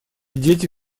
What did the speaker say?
дети